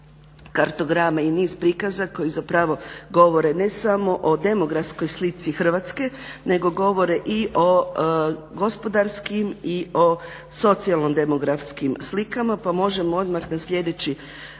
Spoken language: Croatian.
kartograma i niz prikaza koji zapravo govore, ne smo o demografskoj slici Hrvatske, nego govore i o gospodarskim i o socijalno-demografskim slikama pa možemo odmah na slijedeći